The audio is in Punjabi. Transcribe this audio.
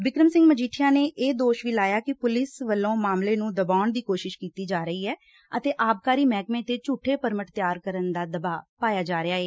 ਬਿਕਰਮ ਸਿੰਘ ਮਜੀਠਿਆ ਨੇ ਇਹ ਦੋਸ਼ ਵੀ ਲਾਇਆ ਕਿ ਪੁਲਿਸ ਵੱਲੋਂ ਦੁਬਾਉਣ ਦੀ ਕੋਸ਼ਿਸ਼ ਕੀਤੀ ਜਾ ਰਹੀ ਏ ਅਤੇ ਆਬਕਾਰੀ ਮਹਿਕਮੇ ਤੇ ਝੂਠੇ ਪਰਮਟ ਤਿਆਰ ਕਰਨ ਦਾ ਦੁਬਾਅ ਪਾਇਆ ਜਾ ਰਿਹੈ